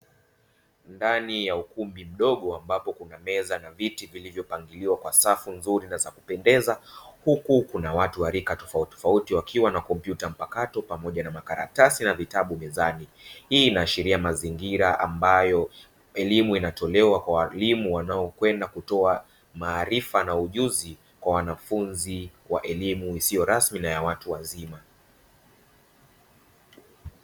Ndani ya ukumbi mdogo ambapo meza na viti vimepangwa kwa safu nzuri na kupendeza, kuna watu wa rika tofauti wakiwa na kompyuta mpakato pamoja na makaratasi na vitabu mezani. Hii inaashiria mazingira ambapo elimu inatolewa kwa watu wazima, ikilenga kuwapatia maarifa na ujuzi, ikiwa ni elimu isiyo rasmi ya watu wazima.